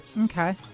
Okay